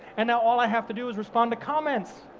and now all i have to do is respond to comments,